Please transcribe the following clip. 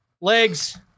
Legs